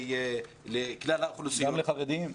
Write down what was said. גם לחרדים.